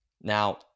Now